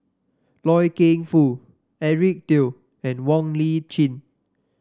Loy Keng Foo Eric Teo and Wong Lip Chin